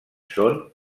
són